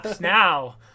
now